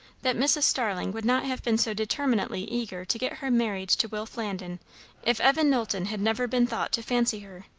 that mrs. starling would not have been so determinately eager to get her married to will flandin if evan knowlton had never been thought to fancy her.